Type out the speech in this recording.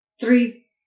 three